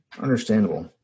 Understandable